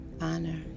honor